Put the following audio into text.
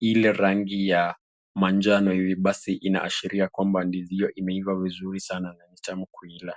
ile rangi ya manjano hivi basi inaashiria kwamba ndizi hiyo imeiva vizuri sana na ni tamu kuila.